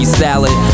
salad